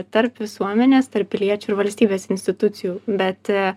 tarp visuomenės tarp piliečių ir valstybės institucijų bet